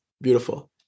beautiful